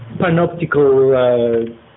panoptical